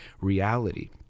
reality